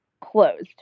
closed